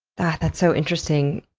that's so interesting.